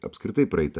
apskritai praeit tą